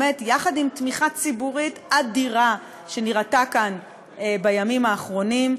יחד עם תמיכה ציבורית אדירה שנראתה כאן בימים האחרונים,